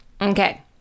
okay